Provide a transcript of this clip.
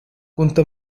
كنت